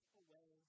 away